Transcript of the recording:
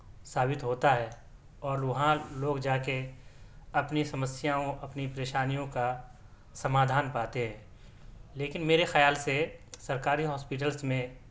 ثابت ہوتا ہے اور وہاں لوگ جا کے اپنے سمسیاؤں اپنی پریشانیوں کا سمادھان پاتے ہیں لیکن میرے خیال سے سرکاری ہاسپٹلس میں